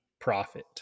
profit